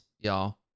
Y'all